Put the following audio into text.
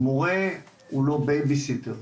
מורה זה לא בייביסיטר.